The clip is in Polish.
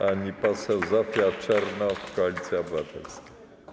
Pani poseł Zofia Czernow, Koalicja Obywatelska.